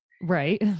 right